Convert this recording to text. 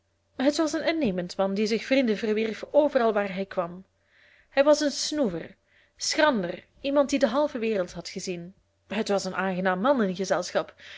het was een innemend man die zich vrienden verwierf overal waar hij kwam hij was een snoever schrander iemand die de halve wereld had gezien het was een aangenaam man in gezelschap